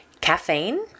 caffeine